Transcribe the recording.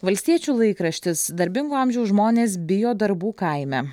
valstiečių laikraštis darbingo amžiaus žmonės bijo darbų kaime